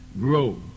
grow